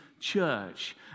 church